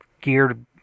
geared